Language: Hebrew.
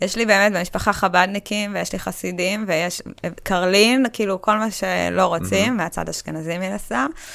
יש לי באמת במשפחה חבדניקים, ויש לי חסידים, ויש קרלין, כאילו, כל מה שלא רוצים, מהצד האשכנזי מן הסתם...